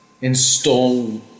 install